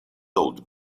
old